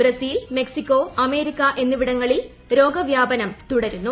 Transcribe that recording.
Brazil Mexico America എന്നിവിടങ്ങളിൽ രോഗവ്യാപനം തുടരുന്നു